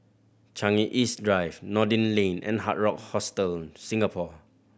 Changi East Drive Noordin Lane and Hard Rock Hostel Singapore